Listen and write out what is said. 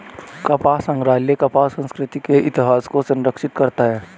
कपास संग्रहालय कपास संस्कृति के इतिहास को संरक्षित करता है